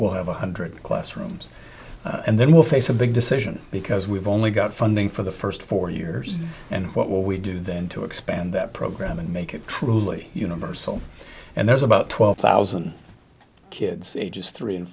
will have one hundred classrooms and then we will face a big decision because we've only got funding for the first four years and what will we do then to expand that program and make it truly universal and there's about twelve thousand kids ages three and